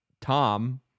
Tom